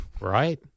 Right